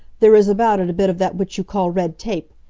there is about it a bit of that which you call red tape.